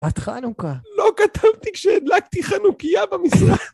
עד חנוכה. לא כתבתי כשהדלקתי חנוכיה במשרד.